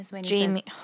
Jamie